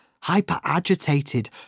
hyper-agitated